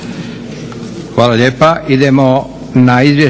Hvala lijepa.